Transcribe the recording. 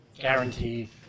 guarantee